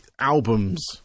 albums